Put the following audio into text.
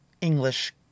English